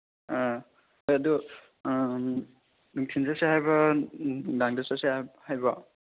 ꯑꯥ ꯍꯣꯏ ꯑꯗꯨ ꯅꯨꯡꯊꯤꯟ ꯆꯠꯁꯦ ꯍꯥꯏꯕ꯭ꯔꯥ ꯅꯨꯡꯗꯥꯡꯗ ꯆꯠꯁꯦ ꯍꯥꯏꯕ꯭ꯔꯥ